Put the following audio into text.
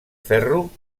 ferro